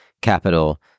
capital